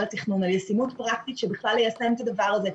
התכנון על ישימות פרקטית של בכלל ליישם את הדבר הזה,